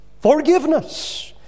Forgiveness